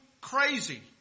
crazy